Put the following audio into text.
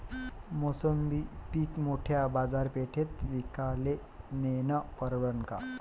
मोसंबी पीक मोठ्या बाजारपेठेत विकाले नेनं परवडन का?